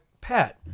Pat